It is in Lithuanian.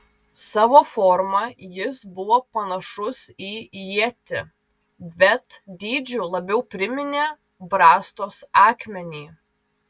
savo forma jis buvo panašus į ietį bet dydžiu labiau priminė brastos akmenį